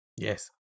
Yes